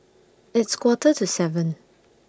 its Quarter to seven